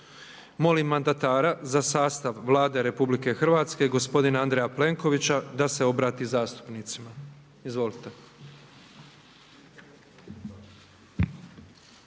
Molim mandatara za sastav Vlade Republike Hrvatske gospodina Andreja Prenkovića da se obrati zastupnicima. Izvolite.